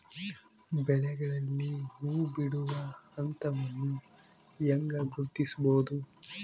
ಬೆಳೆಗಳಲ್ಲಿ ಹೂಬಿಡುವ ಹಂತವನ್ನು ಹೆಂಗ ಗುರ್ತಿಸಬೊದು?